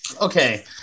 Okay